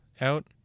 out